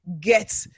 get